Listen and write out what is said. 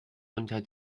unter